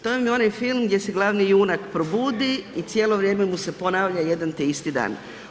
To vam je onaj film gdje se glavni junak probudi i cijelo vrijeme mu se ponavlja jedan te isti dan.